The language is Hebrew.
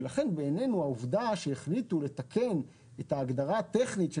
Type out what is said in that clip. ולכן בעינינו העובדה שהחליטו לתקן את ההגדרה הטכנית של